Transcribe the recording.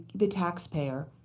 the taxpayer,